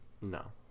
No